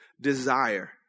desire